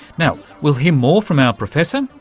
now, we'll hear more from our professor,